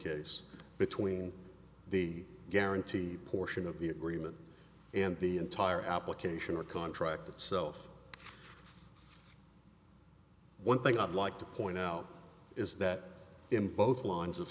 case between the guaranteed portion of the agreement and the entire application or contract itself one thing i'd like to point out is that impose lines of